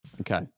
okay